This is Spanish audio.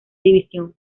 división